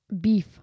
Beef